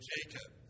Jacob